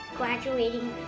graduating